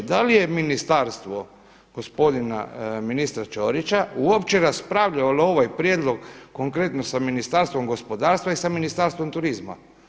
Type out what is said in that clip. Da li je ministarstvo gospodina ministra Ćorića uopće raspravljalo ovaj prijedlog, konkretno sa Ministarstvom gospodarstva i sa Ministarstvom turizma.